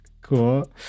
cool